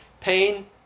pain